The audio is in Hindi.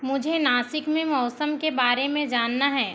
मुझे नासिक में मौसम के बारे में जानना है